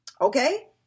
Okay